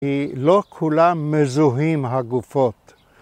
כי לא כולם מזוהים הגופות.